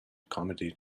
comedy